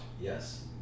Yes